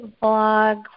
blog